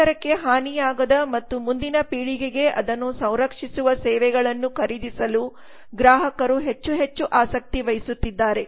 ಪರಿಸರಕ್ಕೆ ಹಾನಿಯಾಗದ ಮತ್ತು ಮುಂದಿನ ಪೀಳಿಗೆಗೆ ಅದನ್ನು ಸಂರಕ್ಷಿಸುವ ಸೇವೆಗಳನ್ನು ಖರೀದಿಸಲು ಗ್ರಾಹಕರು ಹೆಚ್ಚು ಹೆಚ್ಚು ಆಸಕ್ತಿ ವಹಿಸುತ್ತಿದ್ದಾರೆ